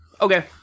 Okay